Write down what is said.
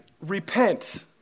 Repent